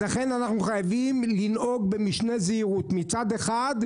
לכן, אנחנו חייבים לנהוג במשנה זהירות: מצד אחד,